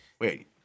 wait